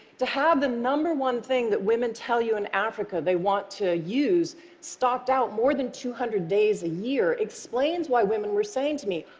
to have the number one thing that women tell you in africa they want to use stocked out more than two hundred days a year explains why women were saying to me,